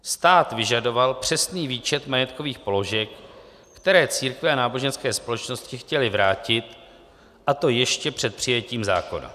Stát vyžadoval přesný výčet majetkových položek, které církve a náboženské společnosti chtěly vrátit, a to ještě před přijetím zákona.